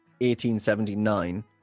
1879